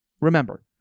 Remember